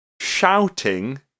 shouting